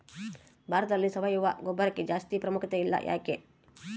ಭಾರತದಲ್ಲಿ ಸಾವಯವ ಗೊಬ್ಬರಕ್ಕೆ ಜಾಸ್ತಿ ಪ್ರಾಮುಖ್ಯತೆ ಇಲ್ಲ ಯಾಕೆ?